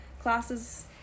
classes